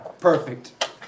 Perfect